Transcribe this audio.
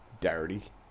Dirty